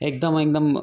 એકદમ એકદમ